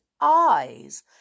eyes